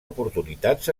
oportunitats